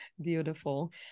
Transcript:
Beautiful